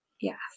Yes